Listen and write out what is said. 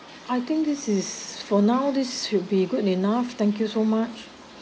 I think this is for now this will be good enough thank you so much